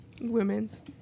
Women's